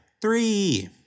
Three